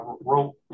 wrote